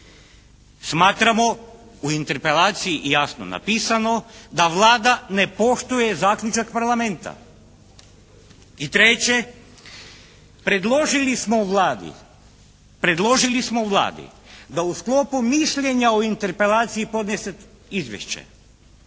Smatramo u Interpelaciji jasno napisano da Vlada ne poštuje zaključak Parlamenta. I treće, predložili smo Vladi, predložili smo Vladi da u sklopu mišljenja o Interpelaciji podnese izvješće.